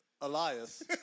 Elias